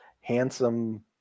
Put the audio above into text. handsome